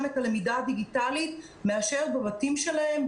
את הלמידה הדיגיטלית מאשר בבתים שלהם,